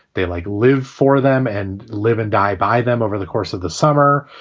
they like live for them and live and die by them over the course of the summer.